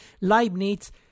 Leibniz